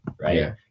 right